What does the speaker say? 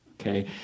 Okay